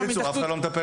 בקיצור, אף אחד לא מטפל.